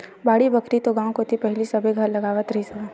बाड़ी बखरी तो गाँव कोती पहिली सबे घर लगावत रिहिस हवय